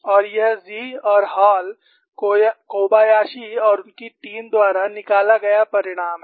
और यह ज़ी और हॉल कोबायाशी और उनकी टीम द्वारा निकाला गया परिणाम है